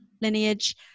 lineage